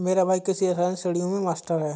मेरा भाई कृषि रसायन श्रेणियों में मास्टर है